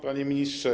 Panie Ministrze!